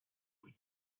would